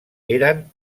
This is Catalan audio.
eren